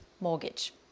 mortgage